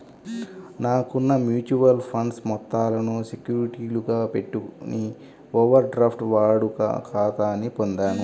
నాకున్న mutual funds మొత్తాలను సెక్యూరిటీలుగా పెట్టుకొని ఓవర్ డ్రాఫ్ట్ వాడుక ఖాతాని పొందాను